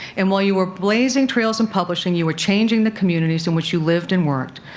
and while you were blazing trails in publishing, you were changing the communities in which you lived and worked.